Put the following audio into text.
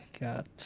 Got